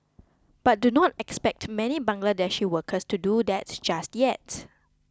but do not expect many Bangladeshi workers to do that just yet